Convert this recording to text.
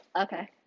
okay